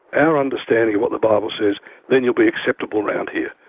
our understanding of what the bible says then you'll be acceptable around here.